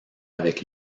avec